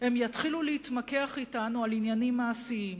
הם יתחילו להתמקח אתנו על עניינים מעשיים,